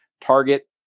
Target